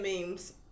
memes